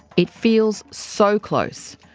it feels so close.